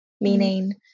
meaning